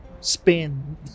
spin